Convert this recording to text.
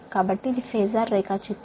కాబట్టి ఇది phasor diagram